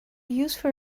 useful